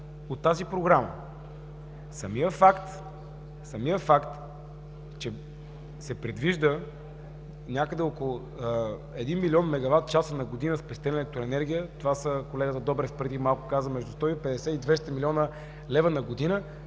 от тази Програма. Самият факт, че се предвижда някъде около 1 млн. мегават часа на година спестена електроенергия, това са – колегата Добрев преди малко каза между 150 и 200 млн. лв. на година,